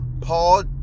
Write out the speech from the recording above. paul